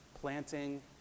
planting